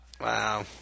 Wow